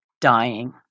dying